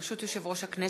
ברשות יושב ראש הכנסת,